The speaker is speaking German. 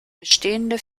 bestehende